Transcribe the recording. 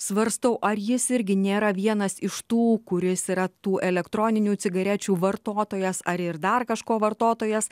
svarstau ar jis irgi nėra vienas iš tų kuris yra tų elektroninių cigarečių vartotojas ar ir dar kažko vartotojas